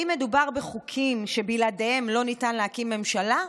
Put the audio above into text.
האם מדובר בחוקים שבלעדיהם לא ניתן להקים ממשלה?